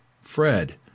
Fred